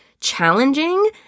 challenging